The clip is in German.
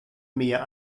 mehr